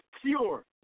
pure